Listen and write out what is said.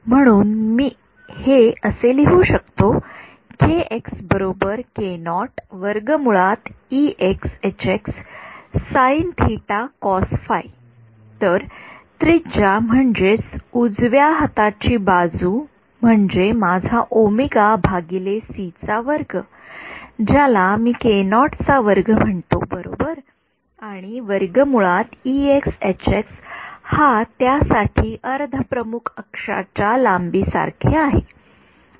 म्हणून मी हे असे लिहू शकतो तर त्रिज्या म्हणजेच उजव्या हाताची बाजू म्हणजे माझा ओमेगा भागिले सी चा वर्ग ज्याला मी म्हणतो बरोबर आणि हा त्या साठी अर्ध प्रमुख अक्षाच्या लांबीसारखे आहे आणि